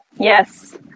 Yes